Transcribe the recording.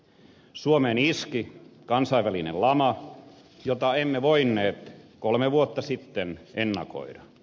suomeen iski kansainvälinen lama jota emme voineet kolme vuotta sitten ennakoida